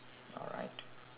alright